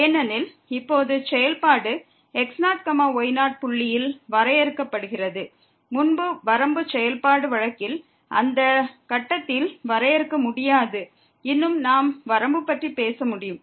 ஏனெனில் இப்போது செயல்பாடு x0y0 புள்ளியில் வரையறுக்கப்படுகிறது முன்பு வரம்பு செயல்பாடு வழக்கில் அந்த கட்டத்தில் வரையறுக்கமுடியாது இன்னும் நாம் வரம்பு பற்றி பேச முடியும்